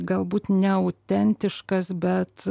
galbūt neautentiškas bet